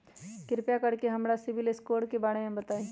कृपा कर के हमरा सिबिल स्कोर के बारे में बताई?